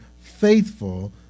faithful